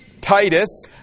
Titus